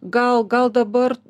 gal gal dabar